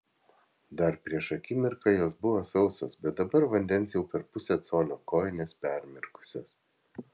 dar prieš akimirką jos buvo sausos bet dabar vandens jau per pusę colio kojinės permirkusios